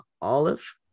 Olive